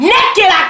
Naked